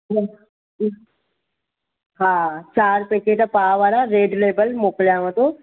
हा चारि पैकेट पाओ वारा रैड लैबल मोकिलियांव थो